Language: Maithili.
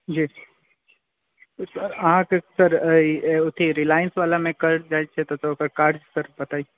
जी सर अहाँकेँ सर अथी रिलायंसवलामे करल जाए छै तऽ ओकर काज सर बताइ